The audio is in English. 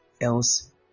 else